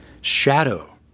shadow